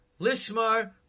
Lishmar